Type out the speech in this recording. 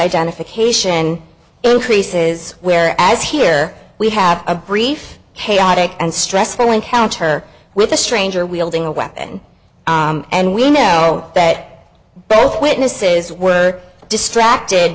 identification increases where as here we have a brief chaotic and stressful encounter with a stranger wielding a weapon and we know that both witnesses were distracted